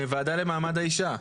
מהוועדה למעמד האישה.